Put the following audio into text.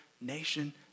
nation